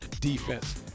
defense